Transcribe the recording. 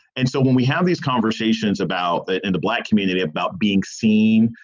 and so when we have these conversations about the and black community, about being seen,